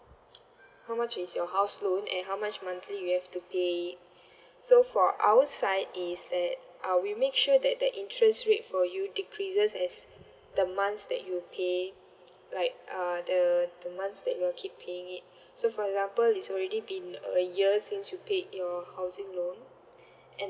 how much is your house loan and how much monthly you have to pay it so for our side is at uh we make sure that the interest rate for you decreases as the months that you'll pay like uh the the months that you're keep paying it so for example is already been a year since you paid your housing loan and